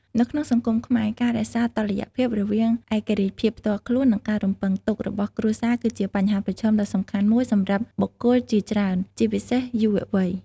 នៅក្នុងសង្គមខ្មែរ ការរក្សាតុល្យភាពរវាង ឯករាជ្យភាពផ្ទាល់ខ្លួន និង ការរំពឹងទុករបស់គ្រួសារ គឺជាបញ្ហាប្រឈមដ៏សំខាន់មួយសម្រាប់បុគ្គលជាច្រើន ជាពិសេសយុវវ័យ។